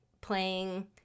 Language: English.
playing